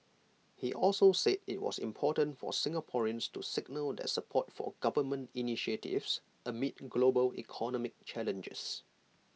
he also said IT was important for Singaporeans to signal their support for government initiatives amid global economic challenges